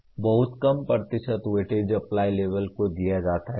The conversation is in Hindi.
और केवल बहुत कम प्रतिशत वेटेज अप्लाई लेवल को दिया जाता है